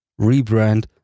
rebrand